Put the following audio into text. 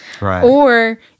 or-